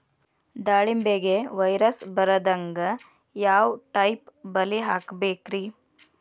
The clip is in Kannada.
ದಾಳಿಂಬೆಗೆ ವೈರಸ್ ಬರದಂಗ ಯಾವ್ ಟೈಪ್ ಬಲಿ ಹಾಕಬೇಕ್ರಿ?